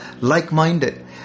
like-minded